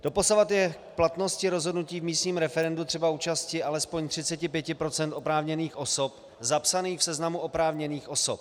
Doposud je k platnosti rozhodnutí v místním referendu třeba účasti alespoň 35 % oprávněných osob zapsaných v seznamu oprávněných osob.